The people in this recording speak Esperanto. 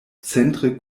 centre